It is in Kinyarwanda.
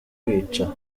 kwica